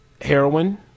Heroin